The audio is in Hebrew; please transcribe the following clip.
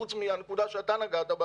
חוץ מהנקודה שאתה נגעת בה,